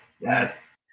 yes